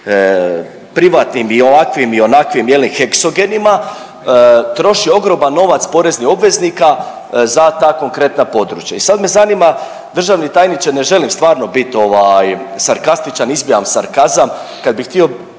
privatnim i ovakvim i onakvim je li heksogenima troši ogroman novac poreznih obveznika za ta konkretna područja. E sad me zanima, državni tajniče ne želim stvarno bit sarkastičan, izbijam sarkazam kad bih htio